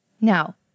Now